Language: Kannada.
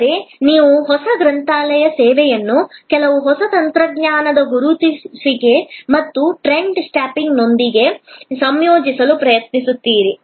ಆದರೆ ನೀವು ಹೊಸ ಗ್ರಂಥಾಲಯ ಸೇವೆಯನ್ನು ಕೆಲವು ಹೊಸ ತಂತ್ರಜ್ಞಾನಗಳ ಗುರುತಿಸುವಿಕೆ ಮತ್ತು ಟ್ರೆಂಡ್ ಸ್ಪಾಟಿಂಗ್ನೊಂದಿಗೆ ಸಂಯೋಜಿಸಲು ಪ್ರಯತ್ನಿಸುತ್ತೀರಿ